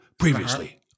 Previously